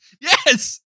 Yes